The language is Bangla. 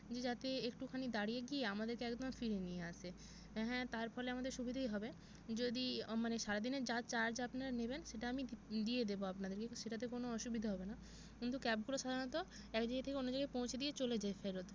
যে যাতে একটুখানি দাঁড়িয়ে গিয়ে আমাদেরকে একদম ফিরিয়ে নিয়ে আসে হ্যাঁ তার ফলে আমাদের সুবিধেই হবে যদি মানে সারাদিনের যা চার্জ আপনারা নিবেন সেটা আমি দি দিয়ে দেব আপনাদেরকে সেটাতে কোনও অসুবিধে হবে না কিন্তু ক্যাবগুলো সাধারণত এক জায়গা থেকে অন্য জায়গায় পৌঁছে দিয়ে চলে যায় ফেরত